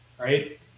Right